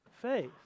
faith